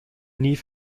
nie